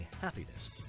Happiness